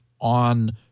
on